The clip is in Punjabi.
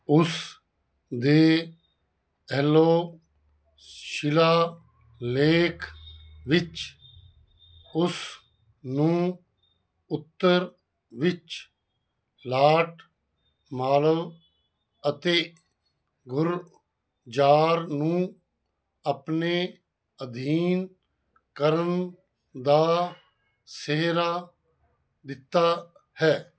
ਉਸ ਦੇ ਐਹੋਲ ਸ਼ਿਲਾਲੇਖ ਵਿੱਚ ਉਸ ਨੂੰ ਉੱਤਰ ਵਿੱਚ ਲਾਟ ਮਾਲਵ ਅਤੇ ਗੁਰਜਾਰ ਨੂੰ ਆਪਣੇ ਅਧੀਨ ਕਰਨ ਦਾ ਸਿਹਰਾ ਦਿੱਤਾ ਹੈ